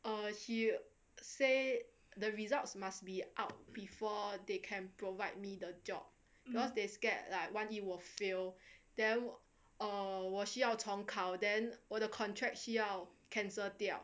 err he say the results must be out before they can provide me the job because they scared like 万一我 fail then err 我需要重考 then 我的 contract 需要 cancel 掉